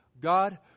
God